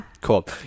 cool